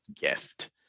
gift